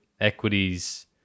Equities